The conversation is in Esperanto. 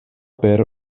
per